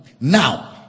Now